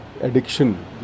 addiction